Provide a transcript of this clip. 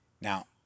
Now